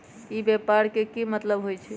ई व्यापार के की मतलब होई छई?